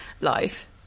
life